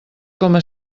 coma